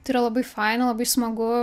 tai yra labai faina labai smagu